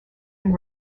and